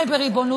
יצאו